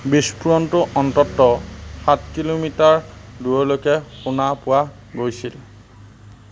বিস্ফোৰণটো অন্ততঃ সাত কিলোমিটাৰ দূৰলৈকে শুনা পোৱা গৈছিল